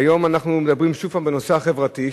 היום אנחנו מדברים שוב בנושא החברתי,